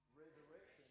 resurrection